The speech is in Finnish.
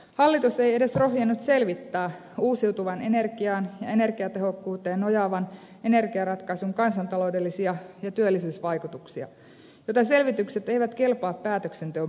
hallitus ei edes rohjennut selvittää uusiutuvaan energiaan ja energiatehokkuuteen nojaavan energiaratkaisun kansantaloudellisia ja työllisyysvaikutuksia joten selvitykset eivät kelpaa päätöksenteon pohjaksi